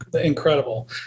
incredible